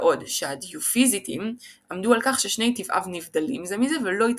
בעוד שהדיופיזיטים עמדו על כך ששני טבעיו נבדלים זה מזה ולא התאחדו.